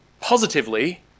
positively